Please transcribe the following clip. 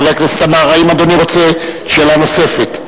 חבר הכנסת עמאר, האם אדוני רוצה, שאלה נוספת?